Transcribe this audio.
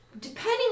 depending